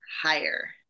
Higher